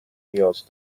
نیاز